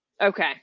Okay